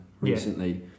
recently